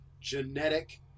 genetic